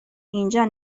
اینجا